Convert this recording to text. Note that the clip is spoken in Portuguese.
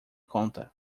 conta